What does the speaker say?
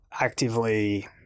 actively